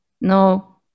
no